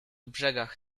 brzegach